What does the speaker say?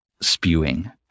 spewing